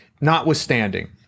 notwithstanding